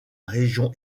région